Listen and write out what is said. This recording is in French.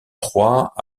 trois